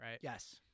Yes